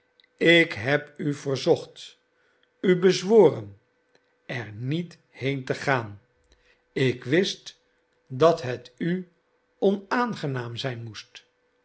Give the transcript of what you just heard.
ik heb u verzocht u bezworen er niet heen te gaan ik wist dat het u onaangenaam zijn moest